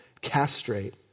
castrate